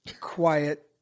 quiet